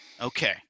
Okay